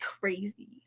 crazy